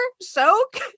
soak